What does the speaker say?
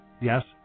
Yes